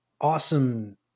awesome